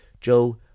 Joe